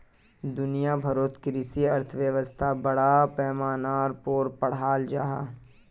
दुनिया भारोत कृषि अर्थशाश्त्र बड़ा पैमानार पोर पढ़ाल जहा